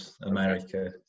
america